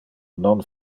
non